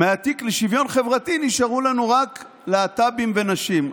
מהתיק לשוויון חברתי נשארו לנו רק להט"בים ונשים.